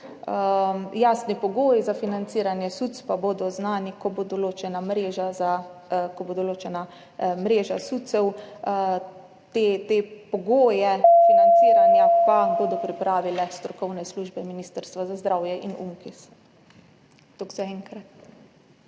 Jasni pogoji za financiranje SUC-ev pa bodo znani, ko bo določena mreža le-teh. Te pogoje financiranja pa bodo pripravile strokovne službe Ministrstva za zdravje in UNKIZ. Toliko zaenkrat.